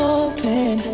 open